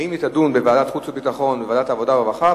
האם בוועדת החוץ והביטחון או בוועדת העבודה והרווחה,